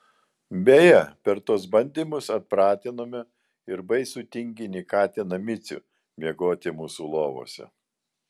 beje per tuos bandymus atpratinome ir baisų tinginį katiną micių miegoti mūsų lovose